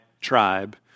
tribe